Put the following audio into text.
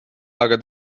aga